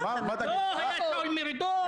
היה שאול מרידור.